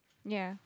ya